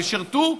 ושירתו,